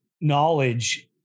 knowledge